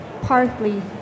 Partly